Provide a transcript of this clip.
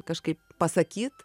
kažkaip pasakyt